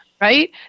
Right